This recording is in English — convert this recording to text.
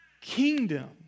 kingdom